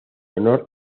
honor